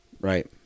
Right